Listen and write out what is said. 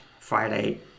Friday